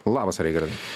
labas raigardai